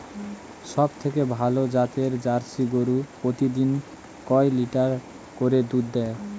সবথেকে ভালো জাতের জার্সি গরু প্রতিদিন কয় লিটার করে দুধ দেয়?